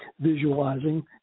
visualizing